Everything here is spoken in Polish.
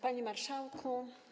Panie Marszałku!